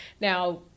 Now